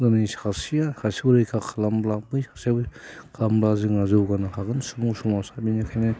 दिनै सासेया सासेखौ रैखा खालामब्ला बै सासेयाबो खालामब्ला जोंहा जौगानो हागोन सुबुं समाजा बेनिखायनो